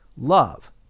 Love